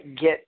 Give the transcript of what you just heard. get